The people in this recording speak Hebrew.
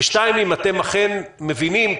שתיים, האם אתם אכן מבינים?